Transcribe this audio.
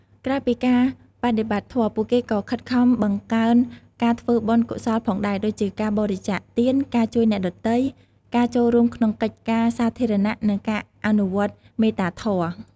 ក្រៅពីការបដិបត្តិធម៌ ពួកគេក៏ខិតខំបង្កើនការធ្វើបុណ្យកុសលផងដែរ ដូចជាការបរិច្ចាគទាន ការជួយអ្នកដទៃ ការចូលរួមក្នុងកិច្ចការសាធារណៈ និងការអនុវត្តមេត្តាធម៌។